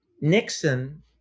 Nixon